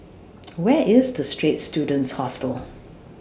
Where IS The Straits Students Hostel